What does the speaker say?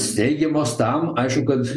steigiamos tam aišku kad